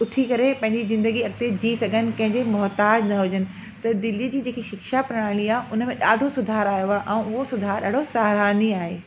उथी करे पंहिंजी ज़िंदगी अॻिते जी सघनि कंहिंजे मोहताज़ु न हुजनि त दिल्लीअ जी जेकी शिक्षा प्रणाली आहे उन में ॾाढो सुधार आयो आहे ऐं उहो सुधार ॾाढो सराहनीय आहे